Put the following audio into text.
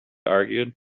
argued